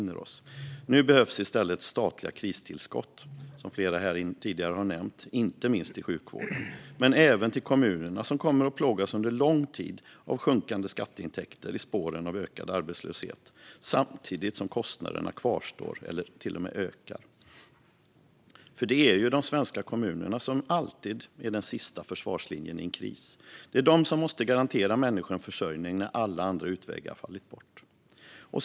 Nu behövs i stället statliga kristillskott, som flera här inne har nämnt. Det behövs inte minst till sjukvården men även till kommunerna, som under lång tid kommer att plågas av sjunkande skatteintäkter i spåren av ökad arbetslöshet - samtidigt som kostnaderna kvarstår eller till och med ökar. Det är nämligen de svenska kommunerna som alltid är den sista försvarslinjen i en kris. Det är de som måste garantera människor en försörjning när alla andra utvägar fallit bort.